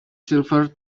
silver